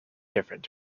different